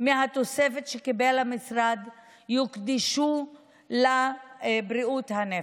מהתוספת שקיבל המשרד יוקדשו לבריאות הנפש.